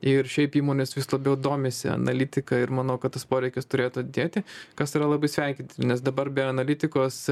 ir šiaip įmonės vis labiau domisi analitika ir manau kad tas poreikis turėtų didėti kas yra labai sveikintina nes dabar be analitikos